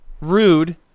rude